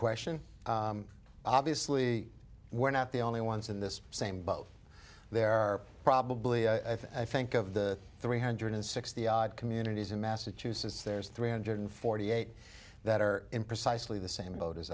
question obviously we're not the only ones in this same boat there are probably i think of the three hundred sixty odd communities in massachusetts there's three hundred forty eight that are in precisely the same boat as